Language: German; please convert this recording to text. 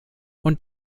und